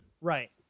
Right